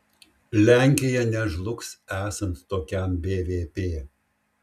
lenkija nežlugs esant tokiam bvp